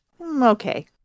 okay